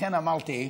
לכן אמרתי,